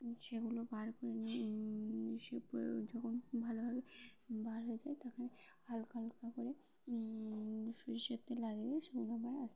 সেগুলো বার করে সে যখন ভালোভাবে বার হয়ে যায় তখন হালকা হালকা করে সর্ষের তেল লাগিয়ে দিয়ে সেগুলো আবার আস্তে আস্তে